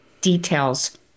details